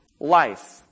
life